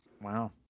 Wow